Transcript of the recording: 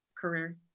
career